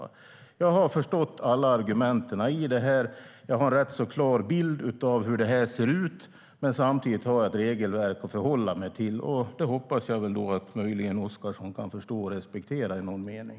Jag har förstått alla argument. Jag har en rätt klar bild av hur det ser ut, men jag har samtidigt ett regelverk att förhålla mig till. Det hoppas jag att Oscarsson kan förstå och respektera i någon mening.